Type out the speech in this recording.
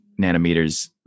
nanometers